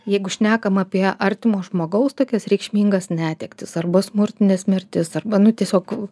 jeigu šnekam apie artimo žmogaus tokias reikšmingas netektis arba smurtines mirtis arba nu tiesiog